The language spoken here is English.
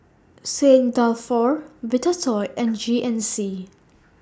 Saint Dalfour Vitasoy and G N C